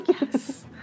Yes